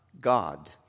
God